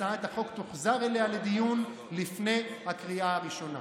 הצעת החוק תוחזר אליה לדיון לפני הקריאה הראשונה.